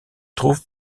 trouve